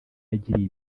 yagiriye